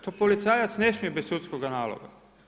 To policajac ne smije bez sudskoga naloga.